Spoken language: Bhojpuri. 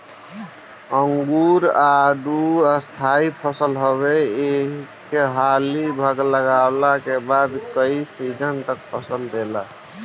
अंगूर, आडू स्थाई फसल हवे एक हाली लगवला के बाद कई सीजन तक फल देला